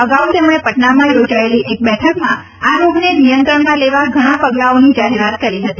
અગાઉ તેમણે પટનામાં યોજાયેલી એક બેઠકમાં આ રોગને નિયંત્રણમાં લેવા ઘણા પગલાંઓની જાહેરાત કરી હતી